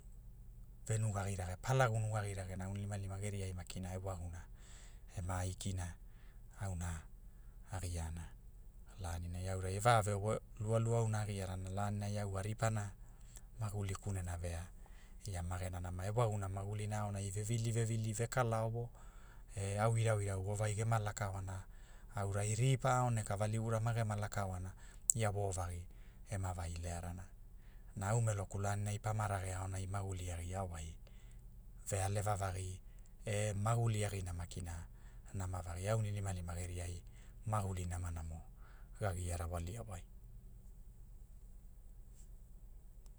Venugagirage palagu nugagiragena aulimlima geriai makina e wagumunaiema aikina, auna, agiana, laninai aurai e va- ve woe- lualua auna a giarana lanina au a ripana, maguli kunena vea, ia ma gena nama e wagumuna magulina aonai vevili vevili ve kala ovo, e au irau irau vovagi gema laka oana, aura ripa aoneka valigara magema lakaoana ia wovagi, ema vai learana, na au meloku laninai pama rage aonai maguli a gia wai, vealeva vagi e maguli agina makina, nama vagi aunilimalima geriai, maguli namanamo ga gia rawalia wai